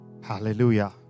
Hallelujah